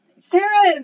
Sarah